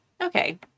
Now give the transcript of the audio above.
Okay